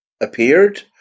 appeared